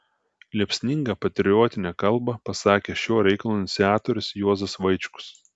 liepsningą patriotinę kalbą pasakė šio reikalo iniciatorius juozas vaičkus